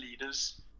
leaders